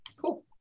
Cool